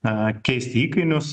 na keisti įkainius